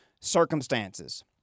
circumstances